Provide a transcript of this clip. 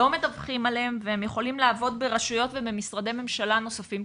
לא מדווחים עליהם והם יכולים לעבוד ברשויות ובמשרדי ממשלה נוספים,